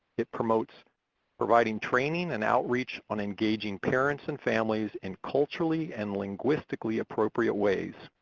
it promotes providing training and outreach on engaging parents and families in culturally and linguistically appropriate ways.